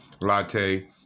latte